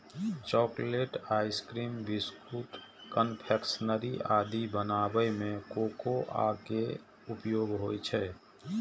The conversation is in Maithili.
चॉकलेट, आइसक्रीम, बिस्कुट, कन्फेक्शनरी आदि बनाबै मे कोकोआ के उपयोग होइ छै